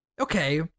okay